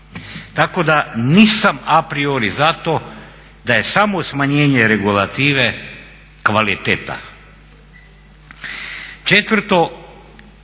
Tako da nisam a priori zato da je samo smanjenje regulative kvaliteta. 4.